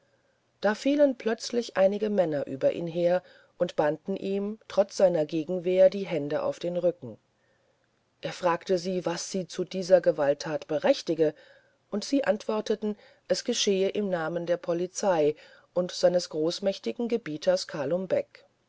da fielen plötzlich einige männer über ihn her und banden ihm trotz seiner gegenwehr die hände auf den rücken er fragte sie was sie zu dieser gewalttat berechtige und sie antworteten es geschehe im namen der polizei und seines rechtmäßigen gebieters